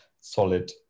solid